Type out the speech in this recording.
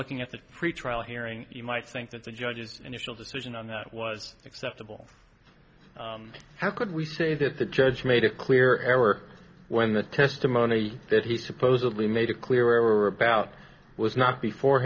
looking at the pretrial hearing you might think that the judge's initial decision on that was acceptable how could we say that the judge made it clear airwork when the testimony that he supposedly made a clear were about was not before